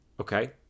okay